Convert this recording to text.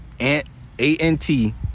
A-N-T